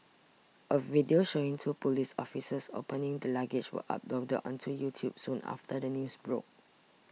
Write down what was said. a video showing two police officers opening the luggage was uploaded onto YouTube soon after the news broke